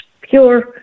pure